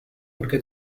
porque